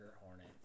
hornet